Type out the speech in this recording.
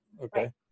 Okay